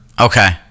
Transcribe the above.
Okay